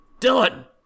Dylan